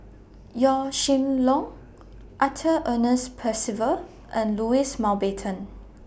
Yaw Shin Leong Arthur Ernest Percival and Louis Mountbatten